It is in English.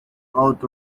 out